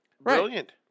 brilliant